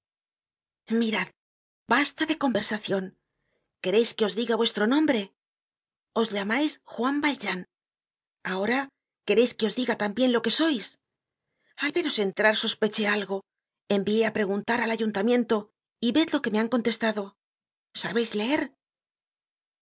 mirad basta de conversacion quereis que os diga vuestro nombre os llamais juan valjean ahora quereis que os diga tambien lo que sois al veros entrar sospeché algo envié á preguntar al ayuntamiento y ved lo que me han contestado sabeis leer